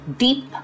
deep